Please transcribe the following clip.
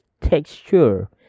texture